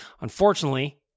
Unfortunately